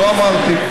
לא אמרתי.